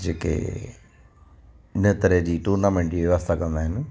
जेके इन तरह जी टूर्नामेंट जी व्यवस्था कंदा आहिनि